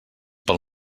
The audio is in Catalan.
pel